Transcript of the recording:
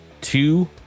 two